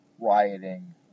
rioting